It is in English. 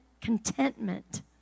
contentment